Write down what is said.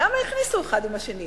למה הכניסו אחד עם השני?